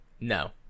No